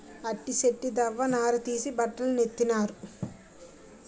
అంటి సెట్టు దవ్వ నార తీసి బట్టలు నేత్తన్నారు